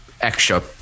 extra